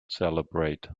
celebrate